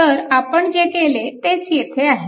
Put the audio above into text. तर आपण जे केले तेच येथे आहे